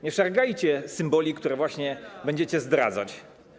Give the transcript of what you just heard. Nie szargajcie symboli, które zaraz będziecie zdradzać.